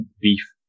beef